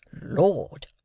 lord